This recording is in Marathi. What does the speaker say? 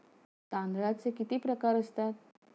तांदळाचे किती प्रकार असतात?